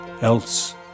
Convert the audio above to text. else